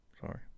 Sorry